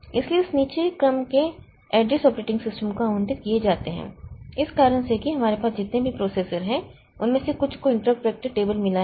इसलिए इस निचले क्रम के एड्रेस ऑपरेटिंग सिस्टम को आवंटित किए जाते हैं इस कारण से कि हमारे पास जितने भी प्रोसेसर हैं उनमें से कुछ को इंटरपट वेक्टर टेबल मिला है